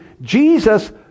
Jesus